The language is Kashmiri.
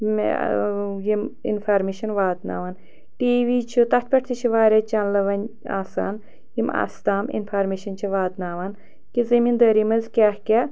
یِم اِنفارمیشَن واتناوان ٹی وی چھِ تَتھ پٮ۪ٹھ تہِ چھِ واریاہ چَنلہٕ وۄنۍ آسان یِم اَسہِ تام اِنفارمیشَن چھِ واتناوان کہِ زمیٖندٲرۍ منٛز کیٛاہ کیٛاہ